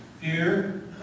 Fear